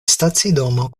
stacidomo